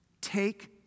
Take